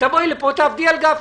שתבואי לכאן ותעבדי על גפני.